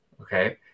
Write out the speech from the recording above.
okay